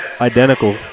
identical